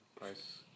Price